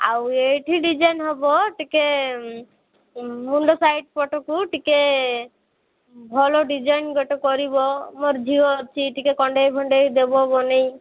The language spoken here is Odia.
ଆଉ ଏଇଠି ଡିଜାଇନ୍ ହବ ଟିକେ ମୁଣ୍ଡ ସାଇଡ଼୍ ପଟକୁ ଟିକେ ଭଲ ଡିଜାଇନ୍ ଗୋଟେ କରିବ ମୋର ଝିଅ ଅଛି ଟିକେ କଣ୍ଢେଇ ଫଣ୍ଡେଇ ଦେବ ବନେଇ